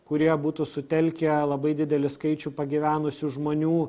kurie būtų sutelkę labai didelį skaičių pagyvenusių žmonių